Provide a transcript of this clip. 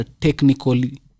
technically